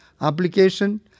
application